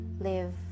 live